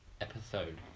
episode